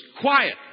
quiet